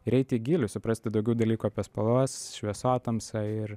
ir eiti į gylį suprasti daugiau dalykų apie spalvas šviesotamsą ir